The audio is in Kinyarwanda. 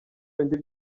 bindi